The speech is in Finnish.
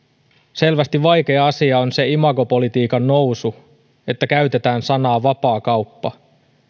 selvästi vaikea asia on se imagopolitiikan nousu että käytetään sanaa vapaakauppa